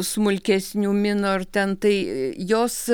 smulkesnių mino ir ten tai jos